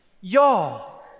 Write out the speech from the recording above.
Y'all